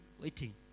waiting